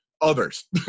others